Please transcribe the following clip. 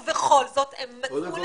ובכל זאת הם מצאו לנכון --- קודם כל